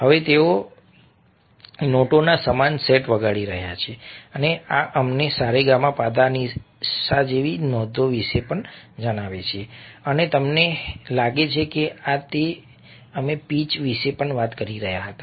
હવે તેઓ નોટોના સમાન સેટ વગાડી રહ્યા છે અને આ અમને સા રે ગા મા પા ધા ની સા જેવી નોંધો વિશે પણ જણાવે છે અને તમને લાગે છે કે આ તે છે જ્યાં અમે પીચ વિશે વાત કરી રહ્યા હતા